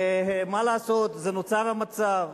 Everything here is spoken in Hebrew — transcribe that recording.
מה לעשות, זה נוצר, המצב.